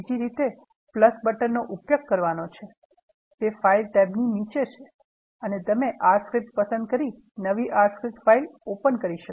બીજી રીત બટનનો ઉપયોગ કરવાનો છે તે ફાઇલ tab ની નીચે છે અને તમે R script પસંદ કરી નવી R script ફાઇલ ઓપન થશે